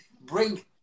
bring